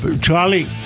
Charlie